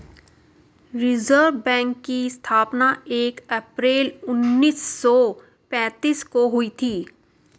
reserve bank की स्थापना एक अप्रैल उन्नीस सौ पेंतीस को हुई थी